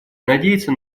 надеется